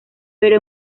pero